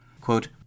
Quote